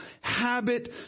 habit